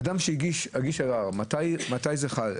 אדם שהגיש ערר, מתי זה חל?